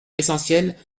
l’essentiel